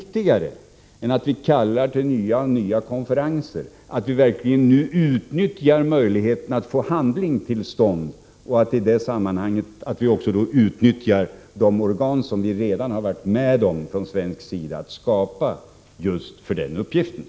Viktigare än att hela tiden kalla till nya konferenser tror jag är att vi nu verkligen utnyttjar möjligheterna att få till stånd ett agerande och att vi i det sammanhanget också utnyttjar de organ som vi från svensk sida varit med om att skapa just för den här uppgiften.